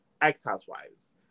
ex-housewives